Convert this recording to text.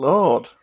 Lord